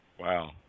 Wow